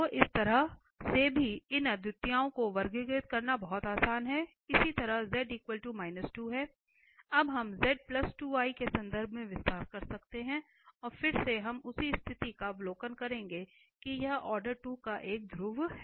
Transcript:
तो इस तरह से भी इन अद्वितीयताओं को वर्गीकृत करना बहुत आसान है इसी तरह z 2 i अब हम z 2 i के संदर्भ में विस्तार कर सकते हैं और फिर से हम उसी स्थिति का अवलोकन करेंगे कि यह ऑर्डर 2 का एक ध्रुव है